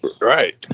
Right